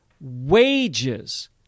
wages